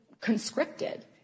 conscripted